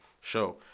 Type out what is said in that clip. show